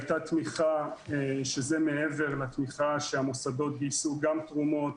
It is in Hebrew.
הייתה תמיכה שזה מעבר לתמיכה שהמוסדות גייסו גם תרומות